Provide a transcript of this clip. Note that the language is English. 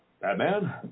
Batman